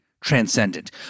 transcendent